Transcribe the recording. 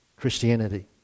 Christianity